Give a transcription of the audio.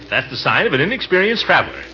that's the sign of an inexperienced traveler.